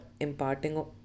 imparting